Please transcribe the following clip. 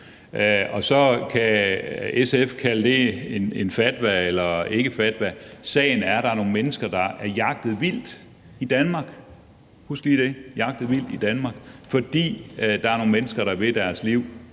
Så kan SF kalde det en fatwa eller ikkefatwa. Sagen er, at der er nogle mennesker, der er jagtet vildt i Danmark – husk lige det: jagtet vildt i Danmark – fordi der er nogle mennesker, der vil tage deres liv,